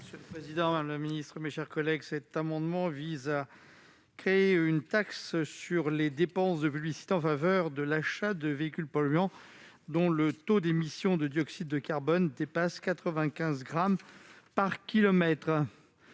ainsi libellé : La parole est à M. Patrice Joly. Cet amendement vise à créer une taxe sur les dépenses de publicité en faveur de l'achat de véhicules polluants, dont le taux d'émission de dioxyde de carbone dépasse 95 grammes par kilomètre.